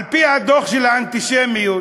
על-פי הדוח של האנטישמיות